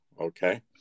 okay